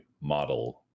model